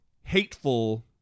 Hateful